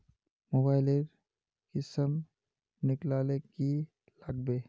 Mobile लेर किसम निकलाले की लागबे?